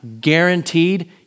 guaranteed